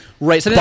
Right